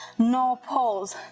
no pause,